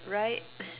right